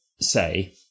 say